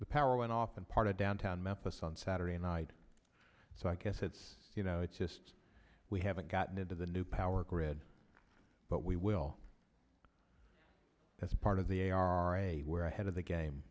the power went off in part of downtown memphis on saturday night so i guess it's you know it's just we haven't gotten into the new power grid but we will that's part of the ira where ahead of the game